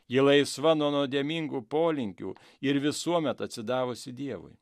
ji laisva nuo nuodėmingų polinkių ir visuomet atsidavusi dievui